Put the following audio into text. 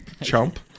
chump